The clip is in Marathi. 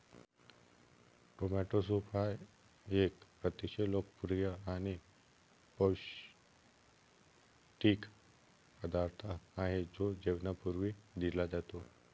टोमॅटो सूप हा एक अतिशय लोकप्रिय आणि पौष्टिक पदार्थ आहे जो जेवणापूर्वी दिला जातो